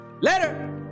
Later